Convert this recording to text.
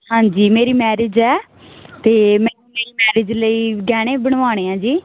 ਹਾਂਜੀ ਮੇਰੀ ਮੈਰਿਜ ਐ ਤੇ ਮੈਨੂੰ ਮੇਰੀ ਮੈਰਿਜ ਲਈ ਗਹਿਣੇ ਬਨਵਾਣੇ ਐ ਜੀ